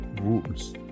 rules